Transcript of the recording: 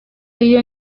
iyo